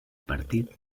partit